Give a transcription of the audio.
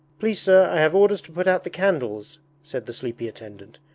please sir, i have orders to put out the candles said the sleepy attendant,